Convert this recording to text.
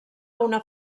una